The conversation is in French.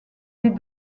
des